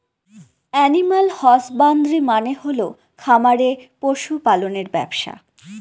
animal husbandry মানে হল খামারে পশু পালনের ব্যবসা